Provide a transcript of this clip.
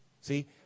See